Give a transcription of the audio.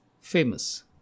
famous